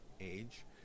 age